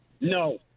no